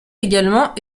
également